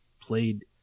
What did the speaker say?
played